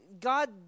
God